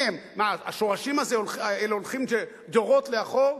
מה, השורשים האלה הולכים דורות לאחור?